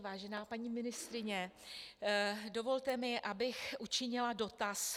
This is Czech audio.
Vážená paní ministryně, dovolte mi, abych učinila dotaz.